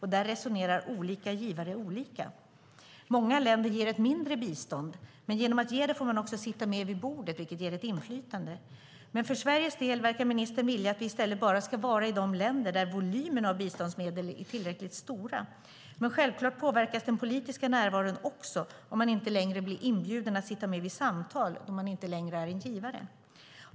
Här resonerar olika givare olika. Många länder ger ett mindre bistånd, men genom att ge det får man sitta med vid bordet, vilket ger ett inflytande. För Sveriges del verkar ministern vilja att vi i stället ska vara bara i de länder där volymerna av biståndsmedel är tillräckligt stora. Självklart påverkas den politiska närvaron också om man inte längre blir inbjuden att sitta med vid samtal då man inte längre är en givare.